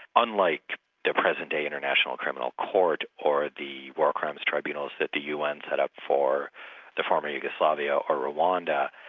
unlike the present-day international criminal court or the war crimes tribunals that the un set up for the former yugoslavia or rwanda.